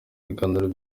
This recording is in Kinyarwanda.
biganiro